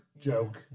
joke